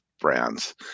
brands